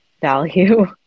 value